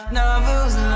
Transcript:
novels